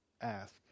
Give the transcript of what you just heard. ask